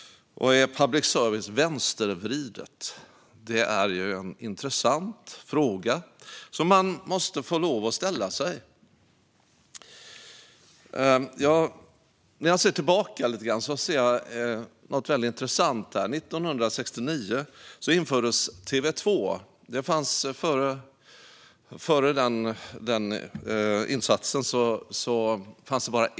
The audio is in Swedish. Är public service vänstervridet? Det är en intressant fråga som man måste få lov att ställa. Först fanns bara en enda tv-kanal, men 1969 startades TV2.